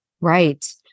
Right